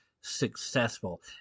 successful